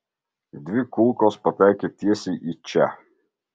dvi kulkos pataikė tiesiai į čia